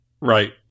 Right